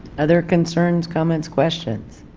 other concerns comments questions?